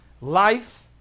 life